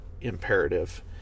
Imperative